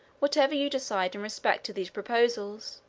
whatever you decide in respect to these proposals,